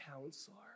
counselor